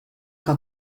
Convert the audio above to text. que